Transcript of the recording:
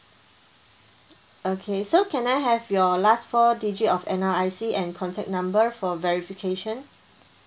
okay so can I have your last four digit of N_R_I_C and contact number for verification